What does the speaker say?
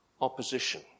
opposition